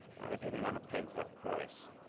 i didn't want to pay that price.